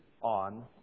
on